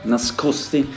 Nascosti